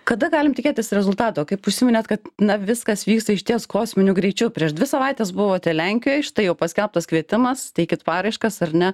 kada galim tikėtis rezultato kaip užsiminėt kad na viskas vyksta išties kosminiu greičiu prieš dvi savaites buvote lenkijoj štai jau paskelbtas kvietimas teikit paraiškas ar ne